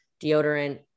deodorant